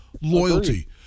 loyalty